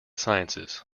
sciences